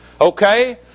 Okay